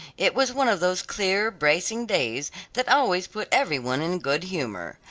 it was one of those clear, bracing days that always put every one in good-humor.